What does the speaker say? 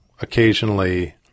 occasionally